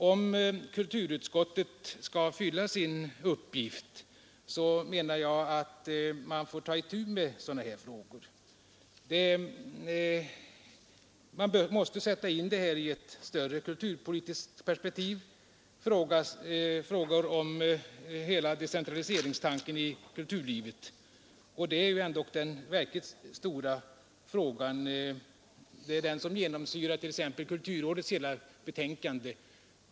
Om kulturutskottet skall fylla sin uppgift får utskottet, menar jag, ta itu med sådana här frågor. Man måste sätta in detta i ett större kulturpoli tiskt perspektiv. Det gäller hela decentraliseringstanken i kulturlivet, och det är ju ändå den verkligt stora frågan, den som exempelvis genomsyrar kulturrådets hela betänkande.